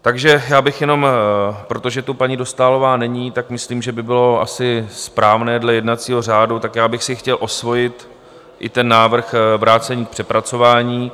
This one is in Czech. Takže bych jenom, protože tu paní Dostálová není, tak myslím, že by bylo asi správné dle jednacího řádu, že bych si chtěl osvojit i ten návrh vrácení k přepracování.